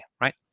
right